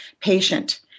patient